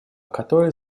которой